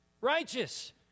righteous